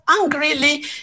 Angrily